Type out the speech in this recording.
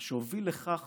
מה שהוביל לכך